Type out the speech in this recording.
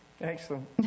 Excellent